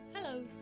hello